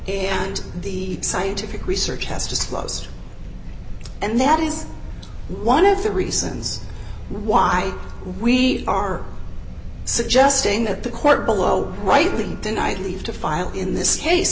and the scientific research has disclosed and that is one of the reasons why we are suggesting that the court below rightly denied leave to file in this case